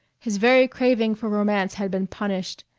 his very craving for romance had been punished,